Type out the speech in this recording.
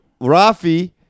Rafi